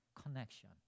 Connection